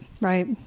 right